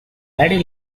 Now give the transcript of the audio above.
very